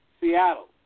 Seattle